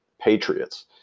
patriots